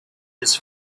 his